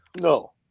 No